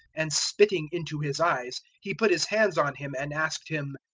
and spitting into his eyes he put his hands on him and asked him,